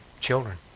children